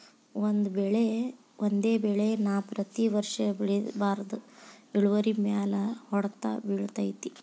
ಒಂದೇ ಬೆಳೆ ನಾ ಪ್ರತಿ ವರ್ಷ ಬೆಳಿಬಾರ್ದ ಇಳುವರಿಮ್ಯಾಲ ಹೊಡ್ತ ಬಿಳತೈತಿ